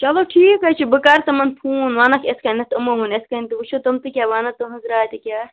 چلو ٹھیٖک ہے چھُ بہٕ کَرٕ تِمن فون وَنَکھ یِتھٕ کٔنٮ۪تھ تِمو ووٚن یِتھٕ کٔنۍ وُچھو تِم تہِ کیٛاہ وَنَن تِہٕنٛز راے تہِ کیٛاہ آسہِ